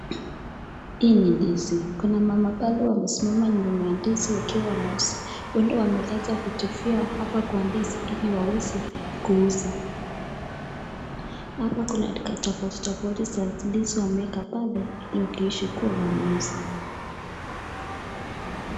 Hii ni ndizi. Kuna mama kando wamesimama nyuma ya ndizi wakiwa wanauza. Huenda wameleta vitu vyao hapa kwa ndizi ili waweze kuuza. Hapa kuna tofauti tofauti za ndizi wameweka pale ili wakikishe wameuza.